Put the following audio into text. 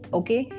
okay